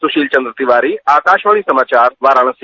सुशील चंद्र तिवारी आकाशवाणी समाचार वाराणसी